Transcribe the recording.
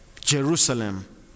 Jerusalem